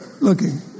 looking